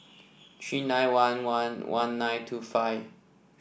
three nine one one one nine two five